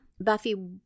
Buffy